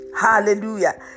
Hallelujah